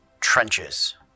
trenches